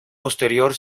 posterior